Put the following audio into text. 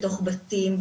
בתוך בתים,